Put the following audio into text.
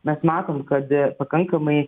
mes matom kad pakankamai